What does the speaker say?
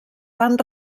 van